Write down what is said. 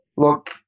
Look